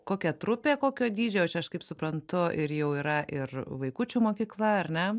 kokia trupė kokio dydžio aš čia aš kaip suprantu ir jau yra ir vaikučių mokykla ar ne